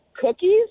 cookies